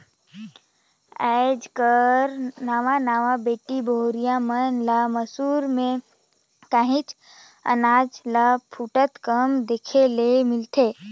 आएज कर नावा नावा बेटी बहुरिया मन ल मूसर में काहींच अनाज ल कूटत कम देखे ले मिलथे